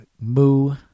moo